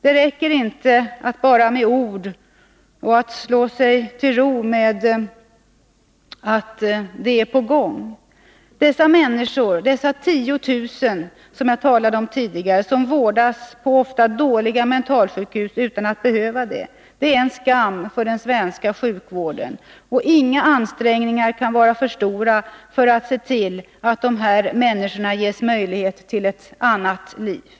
Det räcker inte med bara ord eller att slå sig till ro med att ”det är på gång”. Att alla dessa människor, de 10 000 människor som jag talade om tidigare, skall vårdas på ofta dåliga mentalsjukhus utan att behöva det är en skam för den svenska sjukvården, och inga ansträngningar kan vara för stora för att se till att dessa människor ges möjlighet till ett annat liv.